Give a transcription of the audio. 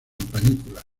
panículas